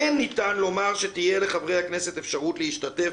אין ניתן לומר שתהיה לחברי הכנסת אפשרות להשתתף,